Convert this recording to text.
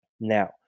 now